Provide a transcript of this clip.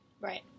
Right